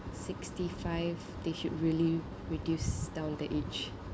sixty five they should really reduce down the age